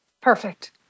Perfect